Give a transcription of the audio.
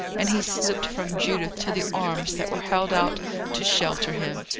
and he slipped from judith to the arms that were held out to shelter him,